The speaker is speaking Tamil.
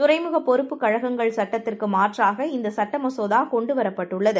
துறைமுகபொறுப்புக்கழகங்கள்சட்டத்திற்கு மாற்றாகஇந்தசட்டமசோதாகொண்டுவரப்பட்டுள்ளது